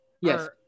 Yes